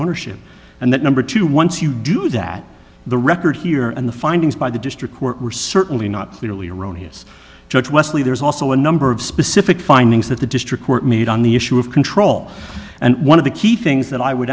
ownership and that number two once you do that the record here and the findings by the district court were certainly not clearly erroneous judge wesley there's also a number of specific findings that the district court made on the issue of control and one of the key things that i would